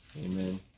amen